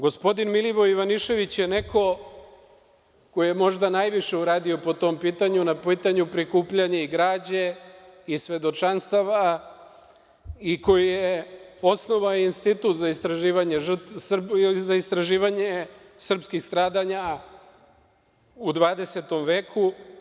Gospodin Milivoje Ivanišević je neko ko je možda najviše uradio po tom pitanju, na pitanju prikupljanja građe i svedočanstava, koji je osnovao Institut za istraživanje srpskih stradanja u 20. veku.